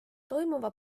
toimuva